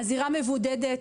הזירה מבודדת,